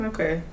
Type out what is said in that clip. Okay